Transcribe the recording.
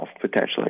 potentially